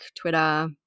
Twitter